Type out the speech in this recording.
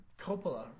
Coppola